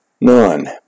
None